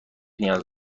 نیاز